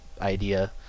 idea